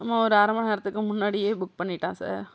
ஆமாம் ஒரு அரமணி நேரத்துக்கு முன்னாடியே புக் பண்ணிட்டான் சார்